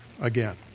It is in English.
again